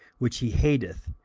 which he hateth,